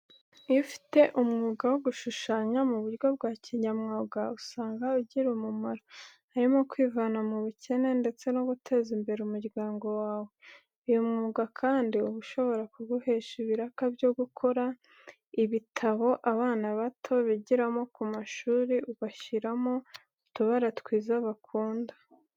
Iyo ufite umwuga wo gushushanya mu buryo bwa kinyamwuga usanga ugira umumaro, harimo kwivana mu bukene ndetse no guteza imbere umuryango wawe. Uyu mwuga kandi uba ushobora kuguhesha ibiraka byo gukora ibitabo abana bato bigiramo ku mashuri, ugashyiramo utubara twiza bakunda.